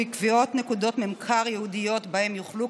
קביעת נקודות ממכר ייעודיות שבהם יוכלו,